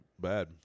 Bad